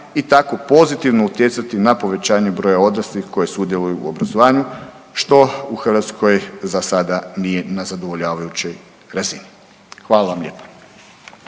i tako pozitivno utjecati na povećanje broja odraslih koji sudjeluju u obrazovanju, što u Hrvatskoj za sada nije na zadovoljavajućoj razini. Hvala vam lijepa.